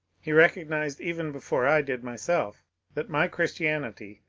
he recognized even before i did myself that my christianity,